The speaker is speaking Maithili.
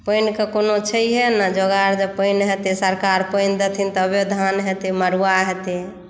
पानिक कोनो छैहे नहि जोगाड़ जे पानि हेतै सरकार पानि देथिन तबे धान हेतै मड़ुआ हेतै